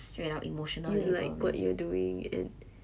you like what you're doing it